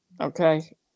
Okay